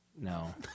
No